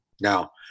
Now